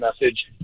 message